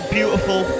beautiful